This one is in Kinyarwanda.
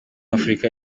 afurika